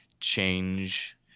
change